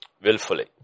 willfully